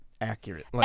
accurate